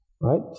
right